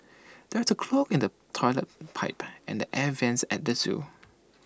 there's A clog in the Toilet Pipe and the air Vents at the Zoo